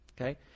Okay